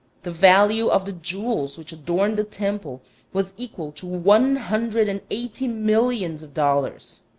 the value of the jewels which adorned the temple was equal to one hundred and eighty millions of dollars!